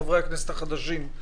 חברי הכנסת החדשים.